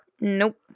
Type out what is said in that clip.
Nope